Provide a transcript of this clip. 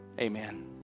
amen